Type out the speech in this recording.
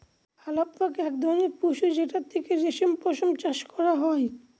আলাপক এক ধরনের পশু যেটার থেকে রেশম পশম চাষ করা হয়